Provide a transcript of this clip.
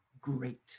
great